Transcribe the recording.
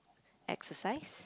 exercise